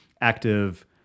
active